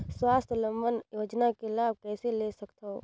स्वावलंबन योजना के लाभ कइसे ले सकथव?